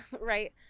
Right